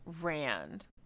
Rand